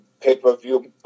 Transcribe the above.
pay-per-view